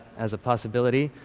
as a possibility.